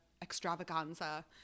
extravaganza